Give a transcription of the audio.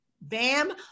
bam